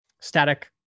static